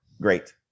great